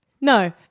No